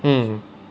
mm